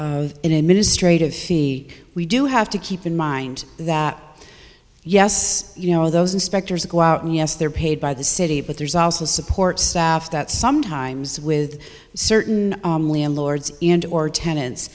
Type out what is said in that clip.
an administrative fee we do have to keep in mind that yes you know those inspectors go out and yes they're paid by the city but there's also support staff that sometimes with certain landlords and or tenants